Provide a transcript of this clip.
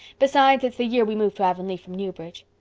besides, it's the year we moved to avonlea from newbridge.